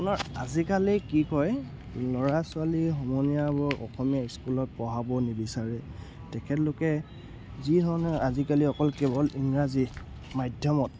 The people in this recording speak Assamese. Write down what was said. আপোনাৰ আজিকালি কি কয় ল'ৰা ছোৱালী সমনীয়াবোৰ অসমীয়া স্কুলত পঢ়াব নিবিচাৰে তেখেতলোকে যিধৰণে আজিকালি অকল কেৱল ইংৰাজী মাধ্যমত